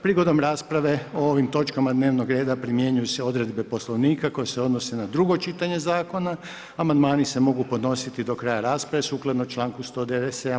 Prigodom rasprave o ovim točkama dnevnog reda primjenjuju se odredbe Poslovnika koji se odnose na drugo čitanje zakona, amandmani se mogu podnositi do kraja rasprave sukladno čl. 197.